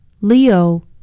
Leo